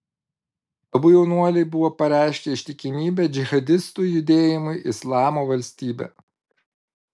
abu jaunuoliai buvo pareiškę ištikimybę džihadistų judėjimui islamo valstybė